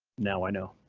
now i know.